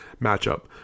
matchup